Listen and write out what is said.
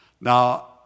Now